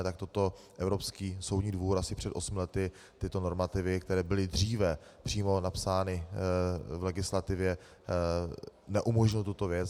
Takto Evropský soudní dvůr asi před osmi lety tyto normativy, které byly dříve přímo napsány v legislativě, neumožnil tuto věc.